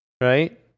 right